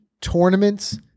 tournaments